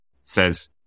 says